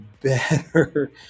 better